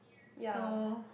ya